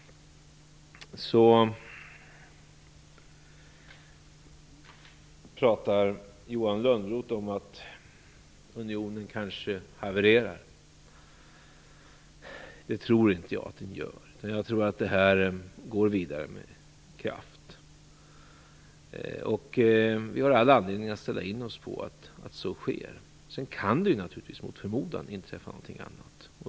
Johan Lönnroth talar om att unionen kanske havererar. Det tror jag inte, utan jag tror att det här går vidare med kraft. Vi har all anledning att ställa in oss på att så sker. Sedan kan det naturligtvis mot förmodan inträffa någonting annat.